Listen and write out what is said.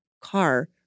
car